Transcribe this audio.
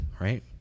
right